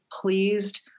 pleased